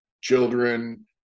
children